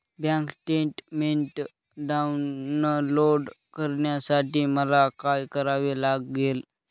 Bank statement download करण्यासाठी मला काय करावे लागेल?